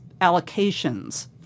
allocations